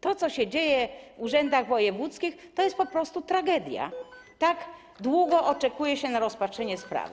To, co się dzieje w urzędach wojewódzkich, to jest po prostu tragedia, tak długo oczekuje się na rozpatrzenie sprawy.